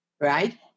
right